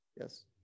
yes